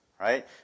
right